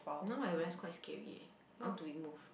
now I realise quite scary eh I want to remove